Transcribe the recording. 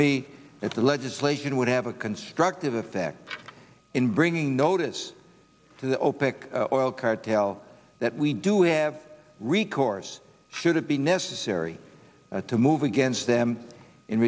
that the legislation would have a constructive effect in bringing notice to the opec oil cartel that we do have recourse should it be necessary to move against them in